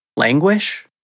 Languish